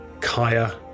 Kaya